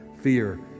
fear